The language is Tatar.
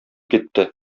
китте